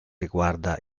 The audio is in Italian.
riguarda